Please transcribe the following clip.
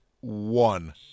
one